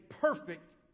perfect